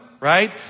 Right